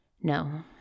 No